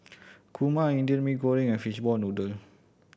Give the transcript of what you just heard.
kurma Indian Mee Goreng and fishball noodle